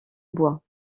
bois